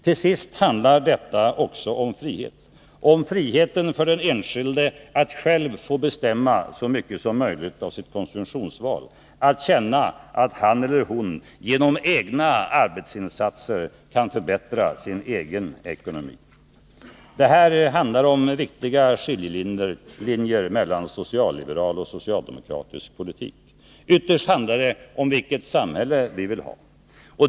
Till sist handlar också detta om frihet, om friheten för den enskilde att själv få bestämma så mycket som möjligt av sitt konsumtionsval, att känna att han eller hon genom egna arbetsinsatser kan förbättra sin ekonomi. Det här handlar om viktiga skiljelinjer mellan socialdemokratisk och socialliberal politik. Ytterst handlar det om vilket samhälle vi vill ha.